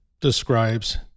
describes